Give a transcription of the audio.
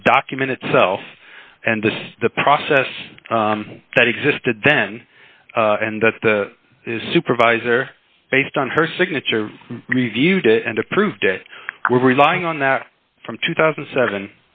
the document itself and this process that existed then and that the supervisor based on her signature reviewed it and approved it we're relying on that from two thousand and seven